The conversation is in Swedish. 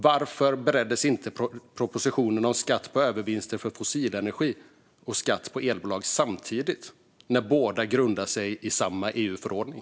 Varför bereddes inte propositionen om skatt på övervinster på fossilenergi och skatt på elbolag samtidigt när båda grundar sig på samma EU-förordning?